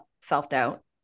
self-doubt